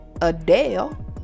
Adele